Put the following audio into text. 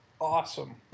Awesome